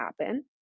happen